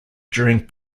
during